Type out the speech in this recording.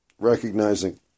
recognizing